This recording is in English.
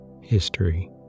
History